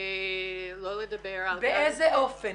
באיזה אופן?